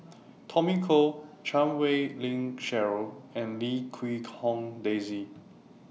Tommy Koh Chan Wei Ling Cheryl and Lim Quee Hong Daisy